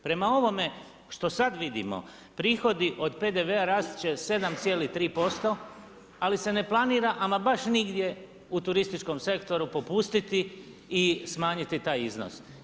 Prema ovome što sad vidimo prihodi od PDV-a rast će 7,3% ali se ne planira ama baš nigdje u turističkom sektoru popustiti i smanjiti taj iznos.